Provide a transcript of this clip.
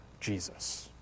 Jesus